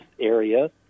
area